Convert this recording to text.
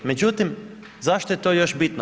Međutim, zašto je to još bitno?